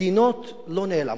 מדינות לא נעלמות,